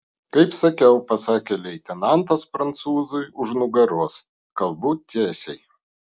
kaip sakiau pasakė leitenantas prancūzui už nugaros kalbu tiesiai